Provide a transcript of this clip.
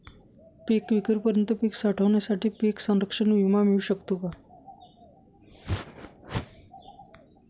पिकविक्रीपर्यंत पीक साठवणीसाठी पीक संरक्षण विमा मिळू शकतो का?